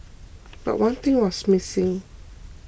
but one thing was missing